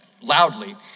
loudly